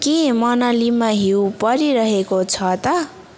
के मनालीमा हिउँ परिरहेको छ त